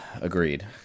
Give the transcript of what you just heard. Agreed